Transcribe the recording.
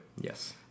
Yes